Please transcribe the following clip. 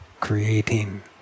Creating